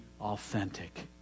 authentic